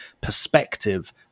perspective